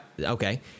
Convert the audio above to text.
Okay